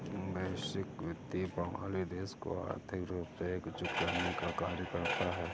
वैश्विक वित्तीय प्रणाली देशों को आर्थिक रूप से एकजुट करने का कार्य करता है